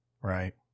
Right